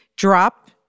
Drop